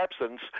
absence